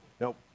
nope